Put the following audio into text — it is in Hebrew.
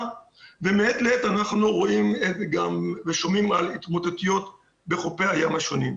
ומעת לעת אנחנו רואים ושומעים על התמוטטויות בחופי הים השונים.